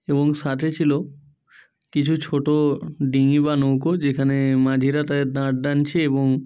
এবং সাথে ছিল কিছু ছোটো ডিঙি বা নৌকো যেখানে মাঝিরা তাদের দাঁড় টানছে এবং